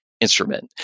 instrument